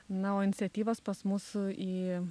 na o iniciatyvas pas mus į